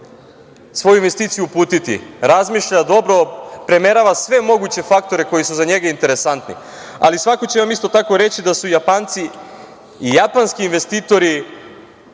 svoju investiciju uputiti. Razmišlja dobro, premerava sve moguće faktore koji su za njega interesantni. Svako će vam isto tako reći da su Japanci i japanski investitori